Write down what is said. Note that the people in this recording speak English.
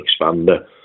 expander